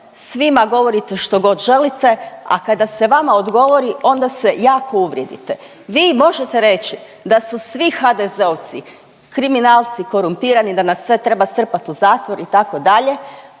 svima govorite štogod želite, a kada se vama odgovori onda se jako uvrijedite. Vi možete reći da su svi HDZ-ovci kriminalci, korumpirani, da na sve treba strpat u zatvor itd.,